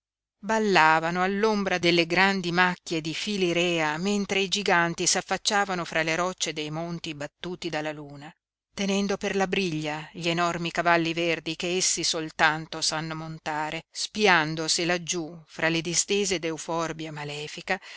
ballavano all'ombra delle grandi macchie di filirèa mentre i giganti s'affacciavano fra le rocce dei monti battuti dalla luna tenendo per la briglia gli enormi cavalli verdi che essi soltanto sanno montare spiando se laggiú fra le distese d'euforbia malefica